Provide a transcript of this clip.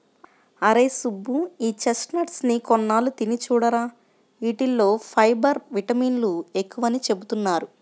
అరేయ్ సుబ్బు, ఈ చెస్ట్నట్స్ ని కొన్నాళ్ళు తిని చూడురా, యీటిల్లో ఫైబర్, విటమిన్లు ఎక్కువని చెబుతున్నారు